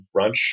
brunch